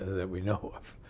that we know of.